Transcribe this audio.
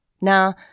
Now